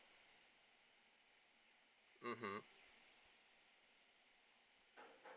mmhmm